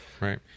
Right